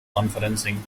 conferencing